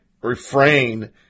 refrain